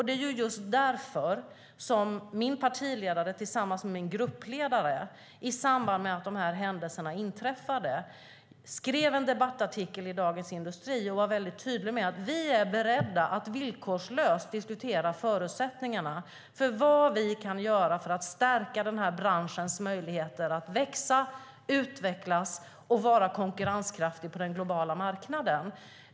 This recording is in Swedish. Det var just därför som min partiledare tillsammans med min gruppledare i samband med det som inträffade skrev en debattartikel i Dagens Industri och var väldigt tydliga med att vi är beredda att villkorslöst diskutera vad vi kan göra för att stärka den här branschens möjligheter att växa, utvecklas och vara konkurrenskraftig på den globala marknaden.